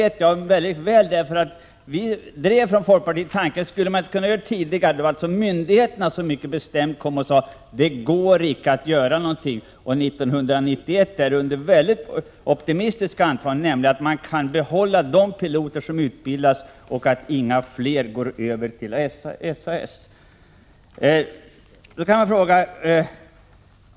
Det vet jag väl, eftersom vi från folkpartiet drev frågan om att sätta upp en division tidigare och då möttes av myndigheternas mycket bestämda svar: Det går icke att göra någonting innan. 1991 kan för övrigt gälla bara med mycket optimistiska antaganden, nämligen att man kan behålla de piloter som utbildas och att inga av de nuvarande går över till SAS eller andra bolag.